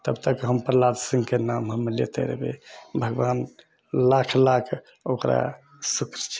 तब तक हम प्रहलाद सिंहके नाम हम लैतय रहबै भगवान लाख लाख ओकरा शुक्र छै